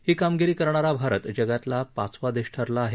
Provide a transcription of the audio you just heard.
ही कामगिरी करणारा भारत जगातला पाचवा देश ठरला आहे